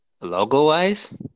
Logo-wise